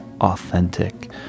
authentic